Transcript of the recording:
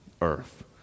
earth